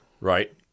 Right